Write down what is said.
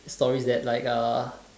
stories that like a